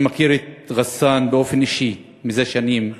אני מכיר את רסאן באופן אישי זה שנים,